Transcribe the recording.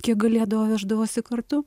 kiek galėdavo veždavosi kartu